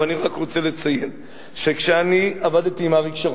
ואני רק רוצה לציין שכשאני עבדתי עם אריק שרון,